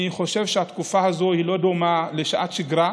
אני חושב שהתקופה הזאת לא דומה לשעת שגרה,